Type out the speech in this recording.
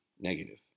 negative